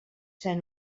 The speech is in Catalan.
ser